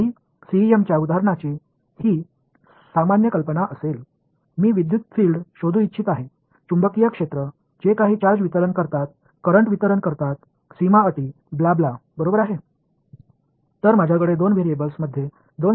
எனவே எந்தவொரு cem எடுத்துக்காட்டுக்கும் இது பொதுவான யோசனையாக இருக்கும் நான் மின்சார புலம் காந்தப்புலம் சில சார்ஜ் விநியோகம் கரன்ட்ஸ் விநியோகம் பௌண்டரி கண்டிஷன்ஸ் ஆகியவற்றைக் கண்டுபிடிக்க விரும்புகிறேன்